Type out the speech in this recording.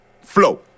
Flow